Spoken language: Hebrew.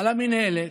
למינהלת,